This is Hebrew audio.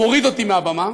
מוריד אותי מהבמה,